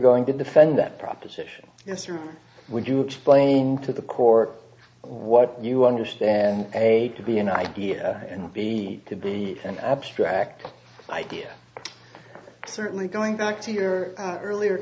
going to defend that proposition yes or would you explain to the cork what you understand aid to be an idea and would be could be an abstract idea certainly going back to your earlier